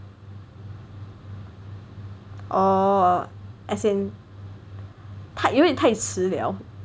orh as in 太因为太迟了